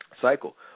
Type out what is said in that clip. cycle